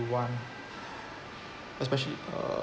want especially uh